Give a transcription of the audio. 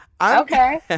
Okay